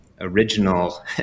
original